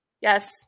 Yes